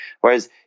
Whereas